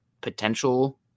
potential